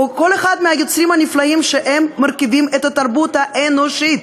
או כל אחד מהיוצרים הנפלאים שמרכיבים את התרבות האנושית,